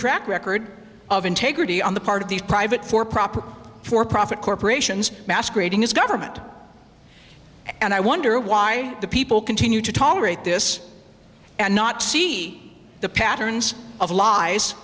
track record of integrity on the part of these private for proper for profit corporations masquerading as government and i wonder why the people continue to tolerate this and not see the patterns of lies